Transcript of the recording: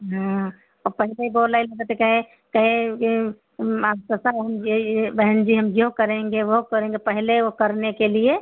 हाँ और पहले बोलै लगो तो कहे कहे के मास्टर साहब हम यह यह बहन जी हम यह करेंगे वह करेंगे पहले वह करने के लिए